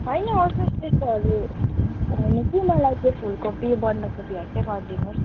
होइन होस् होस् त्यस्तोहरू होइन कि मलाई फुलकोपी बन्दकोपीहरू चाहिँ गरिदिनु होस् न